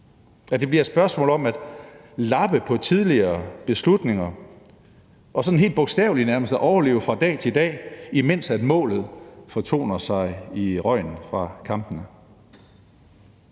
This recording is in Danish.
at det bliver et spørgsmål om at lappe på tidligere beslutninger og nærmest sådan helt bogstaveligt at overleve fra dag til dag, imens målet fortoner sig i røgen fra kampene.